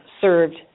served